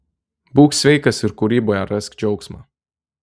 būk sveikas ir kūryboje rask džiaugsmą